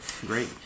great